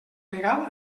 legal